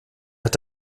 hat